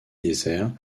déserts